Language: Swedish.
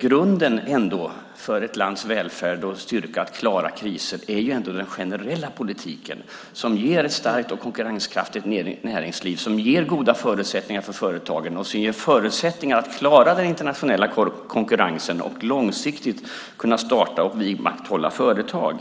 Grunden för ett lands välfärd och dess styrka när det gäller att klara kriser är ändå den generella politik som ger ett starkt och konkurrenskraftigt näringsliv, som ger goda förutsättningar för företagen och som ger förutsättningar att klara den internationella konkurrensen så att man långsiktigt ska kunna starta och vidmakthålla företag.